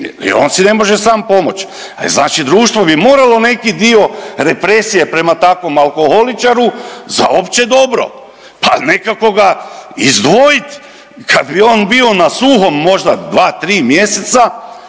on si ne može sam pomoći. Znači društvo bi moralo neki dio represije prema takvom alkoholičaru za opće dobro, pa nekako ga izdvojit kad bi on bio na suhom možda 2-3 mjeseca